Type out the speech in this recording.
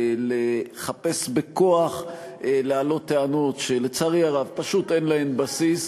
לחפש בכוח להעלות טענות שלצערי הרב פשוט אין להן בסיס.